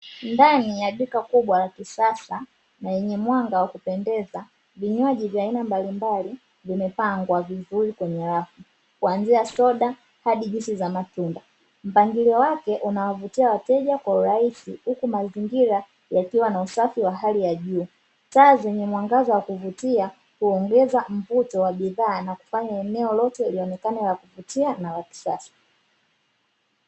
Ndani ya duka kubwa lakisasa lenye mwanga wakupendeza vinywaji vya aina mbalimbali vimepangwa vizuri kwenye rafu kuanzia soda hadi juisi za matunda mpangilio wake unawavutia wateja kwa urahisi huku mazingira yakiwa na usafi wa hali ya juu, taa zenye mwangaza wa kuvutia huongeza mvuto wa bidhaa na kufanya eneo lote lionekane la kuvutia na lakisasa